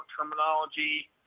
terminology